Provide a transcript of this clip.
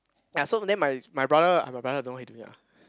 ya so then my my brother I have a brother don't know what he doing lah